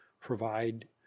provide